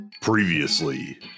Previously